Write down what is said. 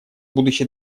будущий